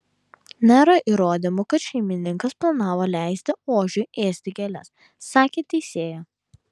nėra įrodymų kad šeimininkas planavo leisti ožiui ėsti gėles sakė teisėja